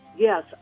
Yes